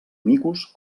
micos